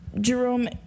Jerome